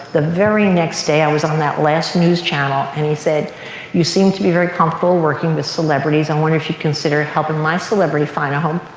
the very next day i was on that last news channel and he said you seem to be very comfortable working with celebrities. i wonder if you'd consider helping my celebrity find a home.